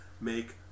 make